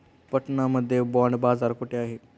पटना मध्ये बॉंड बाजार कुठे आहे?